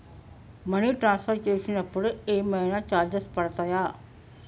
Money transfer చేసినప్పుడు ఏమైనా charges పడతయా?